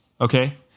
okay